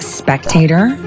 spectator